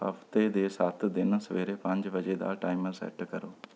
ਹਫ਼ਤੇ ਦੇ ਸੱਤ ਦਿਨ ਸਵੇਰੇ ਪੰਜ ਵਜੇ ਦਾ ਟਾਈਮਰ ਸੈੱਟ ਕਰੋ